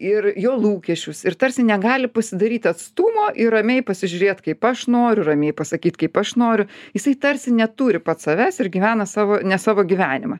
ir jo lūkesčius ir tarsi negali pasidaryti atstumo ir ramiai pasižiūrėt kaip aš noriu ramiai pasakyt kaip aš noriu jisai tarsi neturi pats savęs ir gyvena savo ne savo gyvenimą